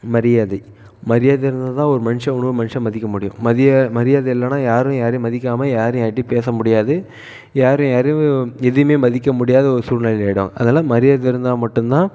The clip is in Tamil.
மரியாதை மரியாதை இருந்தால் தான் ஒரு மனுஷன் இன்னொரு மனுஷனை மதிக்க முடியும் மரியாதை இல்லைனா யாரும் யாரையும் மதிக்காமல் யார் யார்கிட்டேயும் பேச முடியாது யாரை யாரும் எதுவுமே மதிக்க முடியாத ஒரு சூழ்நிலை ஆகிடும் அதனால் மரியாதை இருந்தால் மட்டும் தான்